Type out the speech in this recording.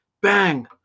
Bang